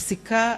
הפסיקה,